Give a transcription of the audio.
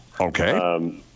Okay